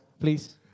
please